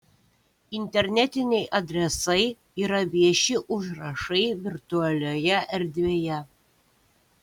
internetiniai adresai yra vieši užrašai virtualioje erdvėje